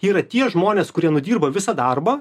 yra tie žmonės kurie nudirba visą darbą